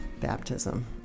baptism